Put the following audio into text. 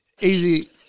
easy